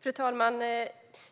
Fru talman!